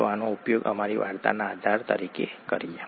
ચાલો આનો ઉપયોગ અમારી વાર્તાના આધાર તરીકે કરીએ